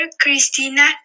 Christina